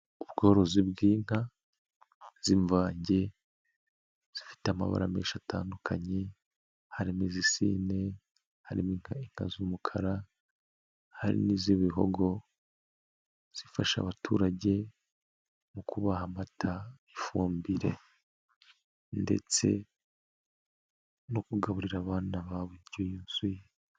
Ubworozi bw'inka z'imvange, zifite amabara menshi atandukanye, harimo iz'isine, harimo inka z'umukara, hari n'iz'ibihogo, zifasha abaturage mu kubaha amata, ifumbire ndetse no kugaburira abana babo indyo yuzuye.